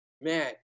Man